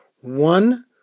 One